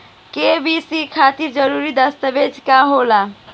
KYC खातिर जरूरी दस्तावेज का का होला?